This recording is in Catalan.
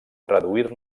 reduir